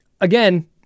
again